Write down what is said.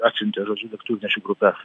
atsiuntė žodžiu lėktuvnešių grupes